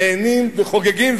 נהנים וחוגגים,